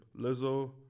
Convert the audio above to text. Lizzo